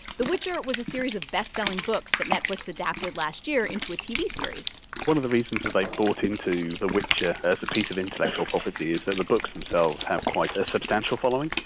the witcher was a series of bestselling books that netflix adapted last year into a tv series one of the reasons that they bought into the witcher as a piece of intellectual property is that the books themselves have quite a substantial following,